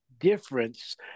difference